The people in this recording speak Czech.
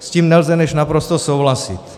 S tím nelze než naprosto souhlasit.